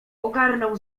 ogarnął